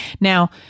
Now